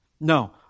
No